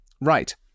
Right